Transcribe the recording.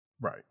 Right